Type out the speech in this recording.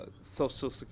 social